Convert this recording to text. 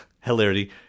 Hilarity